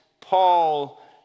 Paul